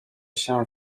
się